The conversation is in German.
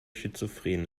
schizophren